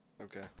Okay